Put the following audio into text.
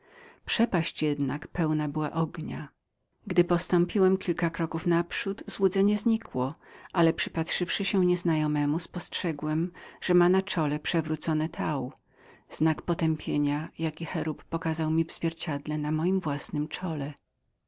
przepaść jednak pełną była ognia postąpiłem kilka kroków znikło mi złudzenie optyczne ale przypatrzywszy się nieznajomemu spostrzegłem że miał na czole przewrócone tau znak potępienia jaki cherub był mi pokazał w zwierciedle na mojem własnem czole